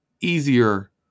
easier